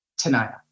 Tanaya